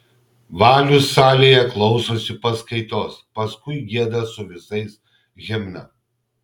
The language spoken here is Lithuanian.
valius salėje klausosi paskaitos paskui gieda su visais himną